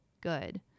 good